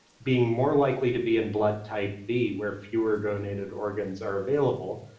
being more likely to be in blood type b, where fewer donated organs are available.